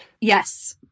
yes